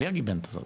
בלי הגיבנת הזאת.